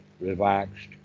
relaxed